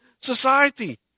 society